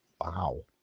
Wow